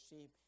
sheep